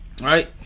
Right